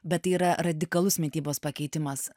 bet tai yra radikalus mitybos pakeitimas